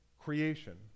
Creation